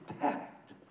packed